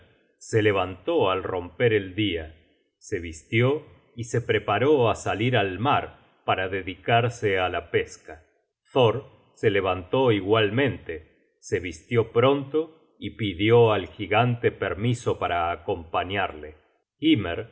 se levantó al romper el dia se vistió y se preparó á salir al mar para dedicarse á la pesca thor se levantó igualmente se vistió pronto y pidió al gigante permiso para acompañarle hymer